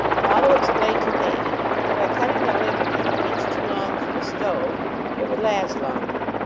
rollo explained to thanny that by cutting the limb-wood an inch too long for the stove it would last long er.